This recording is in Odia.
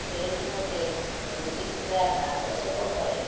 ସେଟ୍ ମୋତେ ମ୍ୟୁଜିକ୍ ଟ୍ରାକ୍ ଆବଶ୍ୟକ କରେ